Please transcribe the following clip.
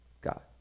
God